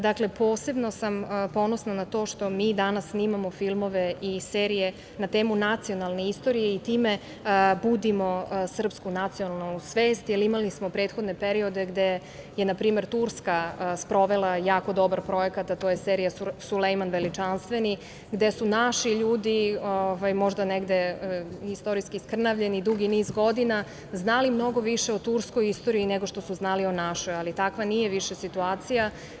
Dakle, posebno sam ponosna na to što mi danas snimamo filmove i serije na temu nacionalne istorije i time budimo srpsku nacionalnu svest, jer smo imali prethodne periode gde je npr. Turska sprovela jako dobar projekat, a to je serija „Sulejman Veličanstveni“ gde su naši ljudi možda negde istorijski skrnavljeni, dugi niz godina znali mnogo više o turskoj nego što su znali o našoj, ali takva nije više situacija.